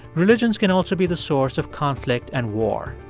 religions can also be the source of conflict and war.